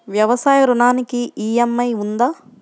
వ్యవసాయ ఋణానికి ఈ.ఎం.ఐ ఉందా?